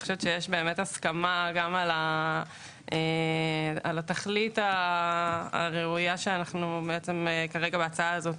באמת יש הסכמה על התכלית הראויה שההצעה הזאת